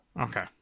Okay